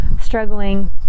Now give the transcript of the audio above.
struggling